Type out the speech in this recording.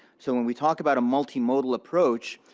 so when we talk about a multimodal approach,